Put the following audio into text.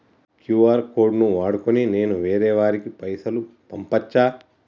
QR code ను వాడుకొని నేను వేరే వారికి పైసలు పంపచ్చా?